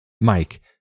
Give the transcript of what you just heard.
Mike